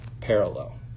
parallel